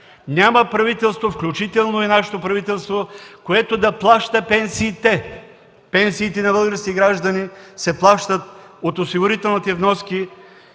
няма правителство, включително и нашето правителство, което да плаща пенсиите. Пенсиите на българските граждани се плащат от осигурителните вноски